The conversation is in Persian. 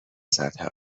سطح